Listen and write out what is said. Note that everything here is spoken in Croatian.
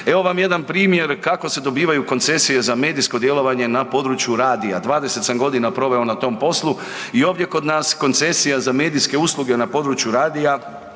Evo vam jedan primjer kako se dobivaju koncesije za medijsko djelovanje na području radija. 20 sam godina proveo na tom poslu i ovdje kod nas koncesija za medijske usluge na području radija